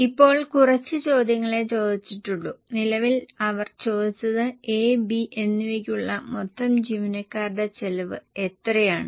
ഇപ്പോൾ കുറച്ച് ചോദ്യങ്ങളേ ചോദിച്ചിട്ടുള്ളൂ നിലവിൽ അവർ ചോദിച്ചത് A B എന്നിവയ്ക്കുള്ള മൊത്തം ജീവനക്കാരുടെ ചെലവ് എത്രയാണ്